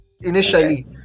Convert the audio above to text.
initially